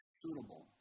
suitable